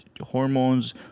hormones